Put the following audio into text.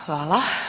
Hvala.